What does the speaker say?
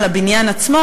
על הבניין עצמו.